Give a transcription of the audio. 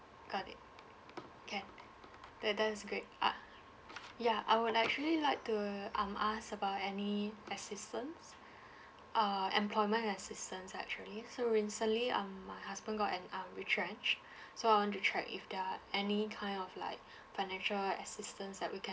got it can that that's great uh yeah I would actually like to um ask about any assistance uh employment assistance actually so recently um my husband got an um retrenched so I want to check if there are any kind of like financial assistance that we can